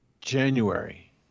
January